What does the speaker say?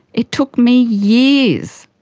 it took me years,